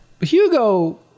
Hugo